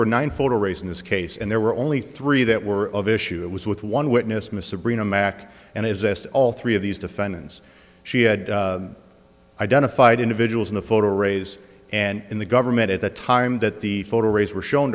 were nine photo race in this case and there were only three that were of issue it was with one witness miss sabrina mack and exist all three of these defendants she had identified individuals in the photo arrays and in the government at the time that the photo rays were shown